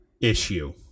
issue